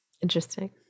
Interesting